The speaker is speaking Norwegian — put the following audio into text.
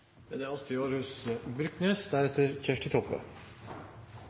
da er det